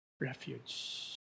refuge